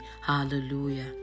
Hallelujah